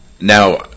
now